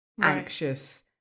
anxious